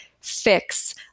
fix